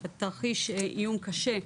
בתרחיש איום קשה,